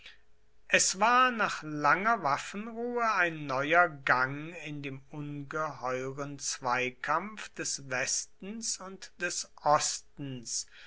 es war nach langer waffenruhe ein neuer gang in dem ungeheuren zweikampf des westens und des ostens